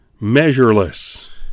Measureless